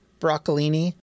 broccolini